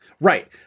right